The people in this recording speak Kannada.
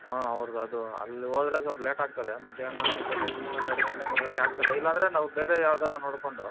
ಹಾಂ ಅವ್ರ್ದು ಅದು ಅಲ್ಲಿ ಹೋದ್ರೆ ಸ್ವಲ್ಪ ಲೇಟ್ ಆಗ್ತದೆ ಮಧ್ಯಾಹ್ನ ಊಟದ ಟೈಮು ಎರಡು ಗಂಟೆ ಮೂರು ಗಂಟೆ ಆಗ್ತದೆ ಇಲ್ಲಾಂದರೆ ನಾವು ಬೇರೆ ಯಾವ್ದಾರು ನೋಡಿಕೊಂಡು